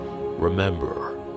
remember